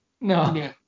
No